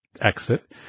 exit